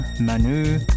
Manu